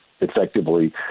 effectively